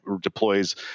deploys